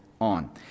on